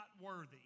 worthy